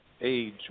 age